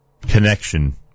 connection